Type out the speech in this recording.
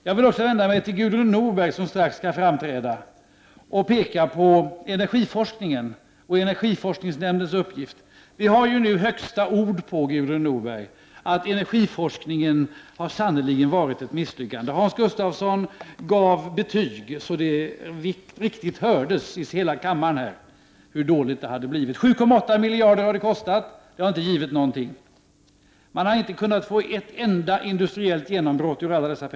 Jag vill också vända mig till Gudrun Norberg, som strax skall framträda, och peka på energiforskningen och energiforskningsnämndens uppgift. Vi har ju nu, Gudrun Norberg, från högsta ort hört att energiforskningen sannerligen har varit ett misslyckande. Hans Gustafsson gav så att det riktigt hördes i hela kammaren betyg på hur dåligt det hade blivit. Det har kostat 7,8 miljarder, och det har inte givit någonting. Man har genom alla dessa pengar inte kunnat få ett enda industriellt genombrott.